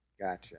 Gotcha